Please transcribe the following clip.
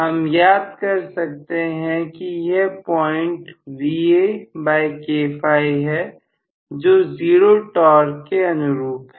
हम याद कर सकते हैं कि यह पॉइंट Vakφ है जो 0 टॉर्क के अनुरूप है